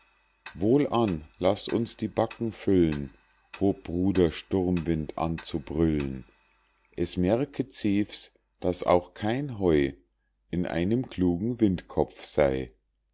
wohlan laß uns die backen füllen hob bruder sturmwind an zu brüllen es merke zevs daß auch kein heu in einem klugen windkopf sey